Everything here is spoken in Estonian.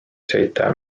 sõita